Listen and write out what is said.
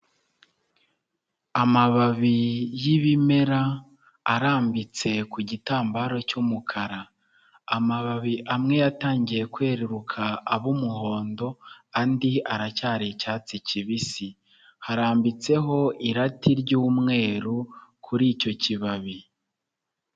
Amababi y'ibimera arambitse ku gitambaro cy'umukara, amababi amwe yatangiye kweruruka aba umuhondo, andi aracyari icyatsi kibisi, harambitseho irati ry'umweru kuri icyo kibabi.